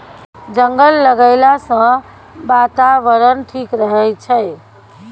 जंगल लगैला सँ बातावरण ठीक रहै छै